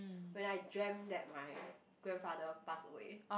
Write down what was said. when I dreamt that my grandfather passed away